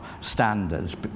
standards